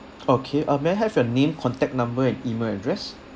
okay uh may have your name contact number and email address